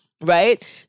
right